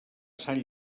sant